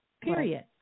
period